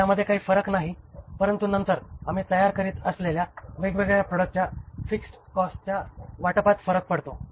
त्यामध्ये काही फरक नाही परंतु नंतर आम्ही तयार करीत असलेल्या वेगवेगळ्या प्रॉडक्ट्सच्या फिक्स्ड कॉस्टसच्या वाटपात फरक पडतो